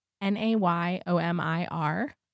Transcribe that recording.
N-A-Y-O-M-I-R